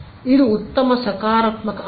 ಇದು ಉತ್ತಮ ಸಕಾರಾತ್ಮಕ ಅಂಶ